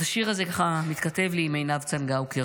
אז השיר הזה מתכתב לי עם עינב צנגאוקר.